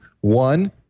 one